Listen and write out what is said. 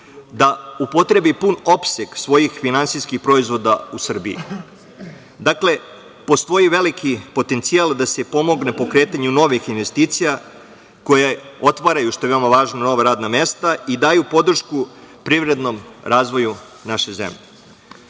da upotrebi pun opseg svojih finansijskih proizvoda u Srbiji. Dakle, postoji veliki potencijal da se pomogne pokretanju novih investicija koje otvaraju, što je veoma važno, nova radna mesta i daju podršku privrednom razvoju naše zemlje. Ali,